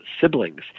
siblings